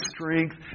strength